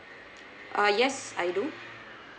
uh yes I do